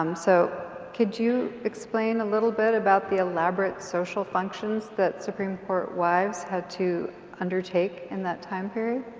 um so could you explain a little bit about the elaborate social functions that supreme court wives had to undertake in that time period?